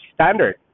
standard